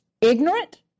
ignorant